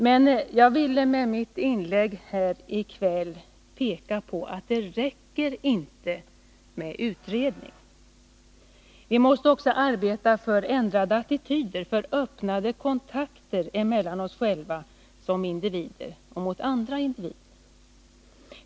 Men jag ville med mitt inlägg här i kväll peka på att det inte räcker med utredningar. Vi måste också arbeta för ändrade attityder, för öppnare kontakter mellan oss själva som individer mot andra individer.